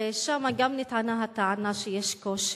ושם גם נטענה הטענה שיש קושי.